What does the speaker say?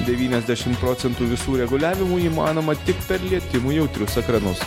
devyniasdešim procentų visų reguliavimų įmanoma tik per lietimui jautrus ekranus